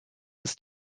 ist